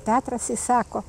petras įsako